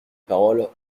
paroles